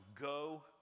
go